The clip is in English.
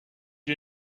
you